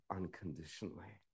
unconditionally